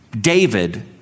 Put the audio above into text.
David